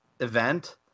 event